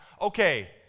okay